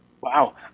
Wow